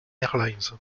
airlines